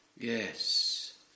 Yes